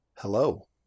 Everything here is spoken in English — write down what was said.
Hello